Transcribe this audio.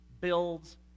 builds